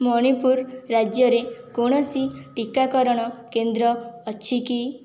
ମଣିପୁର ରାଜ୍ୟରେ କୌଣସି ଟିକାକରଣ କେନ୍ଦ୍ର ଅଛି କି